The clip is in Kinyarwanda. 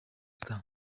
star